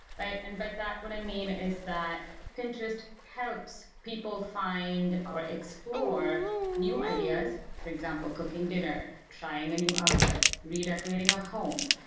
and by that what i mean is that pinterest help so people find or explore new ideas, for example, cooking dinner, trying a new outfit, redecorating a home.